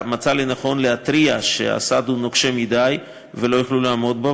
מצא לנכון להתריע שהסד נוקשה מדי ולא יוכלו לעמוד בו,